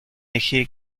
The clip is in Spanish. eje